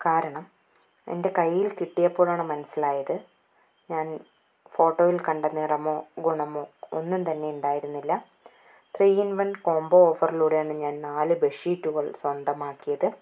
കാരണം എന്റെ കൈയില് കിട്ടിയപ്പോഴാണ് മനസിലായത് ഞാന് ഫോട്ടോയില് കണ്ട നിറമോ ഗുണമോ ഒന്നും തന്നെ ഉണ്ടായിരുന്നില്ല ത്രീ ഇന് വണ് കോമ്പോ ഓഫറിലൂടെയാണ് ഞാന് നാല് ബെഡ്ഷീറ്റുകള് സ്വന്തമാക്കിയത്